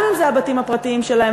גם אם אלו הבתים הפרטיים שלהם,